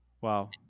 Wow